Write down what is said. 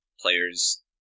players